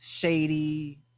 shady